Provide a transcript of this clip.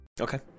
Okay